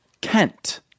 Kent